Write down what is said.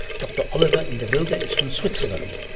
dr. oliver inderwildi is from switzerland.